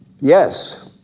Yes